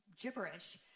gibberish